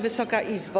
Wysoka Izbo!